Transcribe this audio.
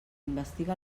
investiga